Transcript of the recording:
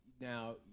now